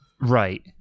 Right